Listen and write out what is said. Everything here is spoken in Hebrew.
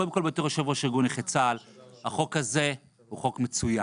קודם כל בתור יושב ראש ארגון נכי צה"ל החוק הזה הוא חוק מצוין.